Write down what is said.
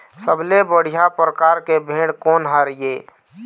सबले बढ़िया परकार के भेड़ कोन हर ये?